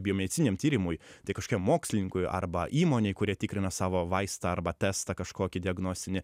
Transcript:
biomedicininiam tyrimui tai kažkokiam mokslininkui arba įmonei kuri tikrina savo vaistą arba testą kažkokį diagnostinį